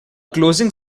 closing